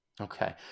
Okay